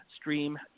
Stream